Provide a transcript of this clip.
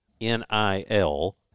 N-I-L